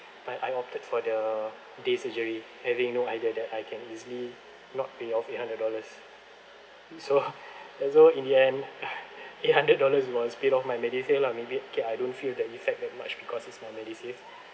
but I opted for the day surgery having no idea that I can easily not pay off eight hundred dollars so so in the end eight hundred dollars was paid off my MediSave lah maybe okay I don't feel the effect that much because it's my MediSave